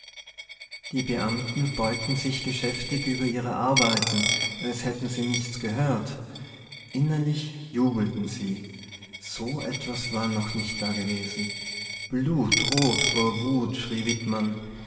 die beamten beugten sich geschäftig über ihre arbeiten als hätten sie nichts gehört innerlich jubelten sie so etwas war noch nicht dagewesen blutrot vor wut